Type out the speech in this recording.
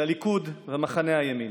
של הליכוד ומחנה הימין: